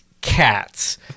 cats